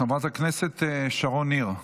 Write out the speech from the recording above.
חברת הכנסת שרון ניר,